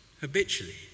habitually